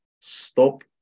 stop